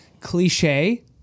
cliche